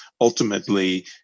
ultimately